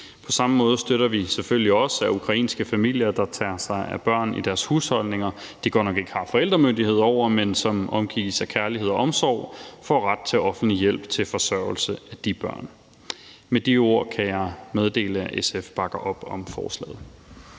På samme måde støtter vi selvfølgelig også, at ukrainske familier, der tager sig af børn i deres husholdninger, de godt nok ikke har forældremyndighed over, men som omgives af kærlighed og omsorg, får ret til offentlig hjælp til forsørgelse af de børn. Med de ord kan jeg meddele, at SF bakker op om forslaget.